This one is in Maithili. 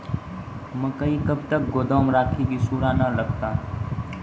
मकई कब तक गोदाम राखि की सूड़ा न लगता?